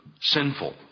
sinful